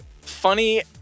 funny